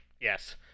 Yes